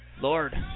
Lord